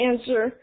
answer